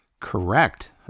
Correct